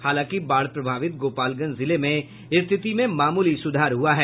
हालांकि बाढ़ प्रभावित गोपालगंज जिले में स्थिति में मामूली सुधार हुआ है